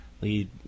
lead